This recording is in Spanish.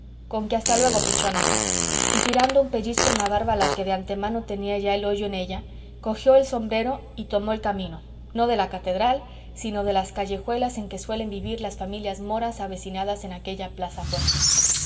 granada conque hasta luego pichona y tirando un pellizco en la barba a la que de antemano tenía ya el hoyo en ella cogió el sombrero y tomó el camino no de la catedral sino de las callejuelas en que suelen vivir las familias moras avecindadas en aquella plaza fuerte